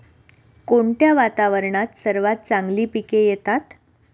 कोणत्या वातावरणात सर्वात चांगली पिके येतात?